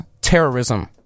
terrorism